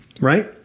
right